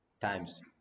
Times